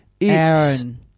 Aaron